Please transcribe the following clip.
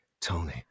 Tony